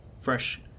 fresh